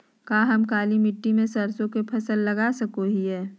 का हम काली मिट्टी में सरसों के फसल लगा सको हीयय?